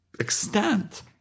extent